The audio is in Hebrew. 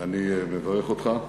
אני מברך אותך,